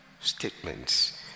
statements